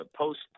post